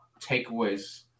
takeaways